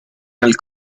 nel